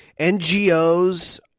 NGOs